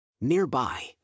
Nearby